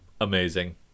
amazing